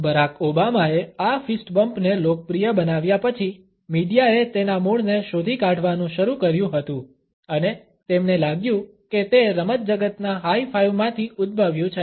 Barack ઓબામાએ આ fist બમ્પને લોકપ્રિય બનાવ્યા પછી મીડિયાએ તેના મૂળને શોધી કાઢવાનું શરૂ કર્યું હતું અને તેમને લાગ્યું કે તે રમત જગતના હાય ફાઇવમાંથી ઉદ્ભવ્યું છે